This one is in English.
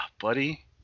buddy